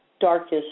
darkest